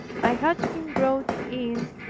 i had him brought in,